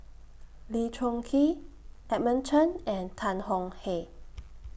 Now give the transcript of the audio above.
Lee Choon Kee Edmund Chen and Tan Tong Hye